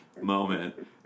moment